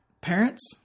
parents